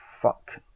fuck